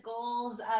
goals